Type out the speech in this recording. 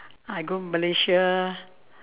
I go malaysia